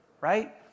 right